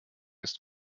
ist